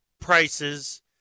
prices